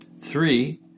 Three